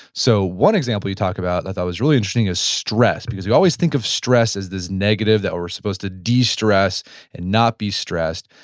so one example you talked about that i thought was really interesting is stress. because you always think of stress as this negative that we're supposed to de stress and not be stressed,